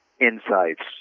insights